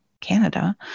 Canada